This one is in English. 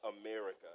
America